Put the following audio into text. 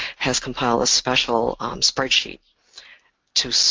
has compiled a special spreadsheet to